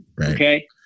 okay